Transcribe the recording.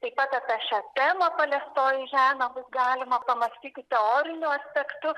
taip pat apie šią temą paliestoji žemė bus galima pamąstyti teoriniu aspektu